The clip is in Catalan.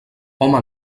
home